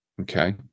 Okay